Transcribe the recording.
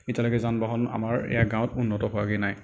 এতিয়ালৈকে যান বাহন আমাৰ এয়া গাঁৱত উন্নত হোৱাগৈ নাই